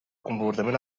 comportament